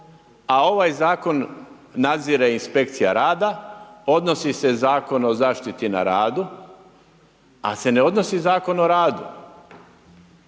a ovaj zakon nadzire inspekcija rada, odnosi se Zakon o zaštiti na radu ali se ne odnosi Zakon o radu.